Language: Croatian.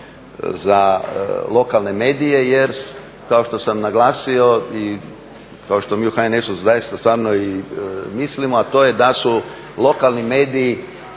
za lokalne medije jer kao što sam naglasio kao što mi stvarno u HNS-u mislimo, a to je da su lokalni mediji